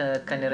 בגלל